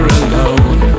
alone